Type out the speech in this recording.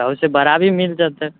ओएसँ बड़ा भी मिल जेतै